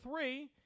three